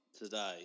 today